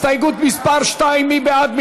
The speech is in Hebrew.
הסתייגות מס' 2. מי בעד?